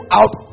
out